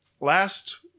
last